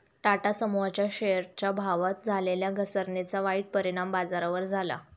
टाटा समूहाच्या शेअरच्या भावात झालेल्या घसरणीचा वाईट परिणाम बाजारावर झाला